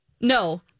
No